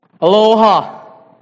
Aloha